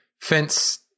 fence